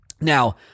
Now